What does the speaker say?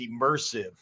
immersive